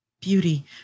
Beauty